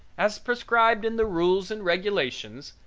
as prescribed in the rules and regulations,